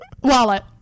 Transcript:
Wallet